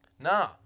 Nah